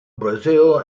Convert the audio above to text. brazil